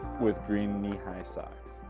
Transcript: with green knee high socks.